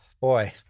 boy